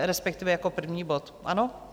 Respektive jako první bod, ano?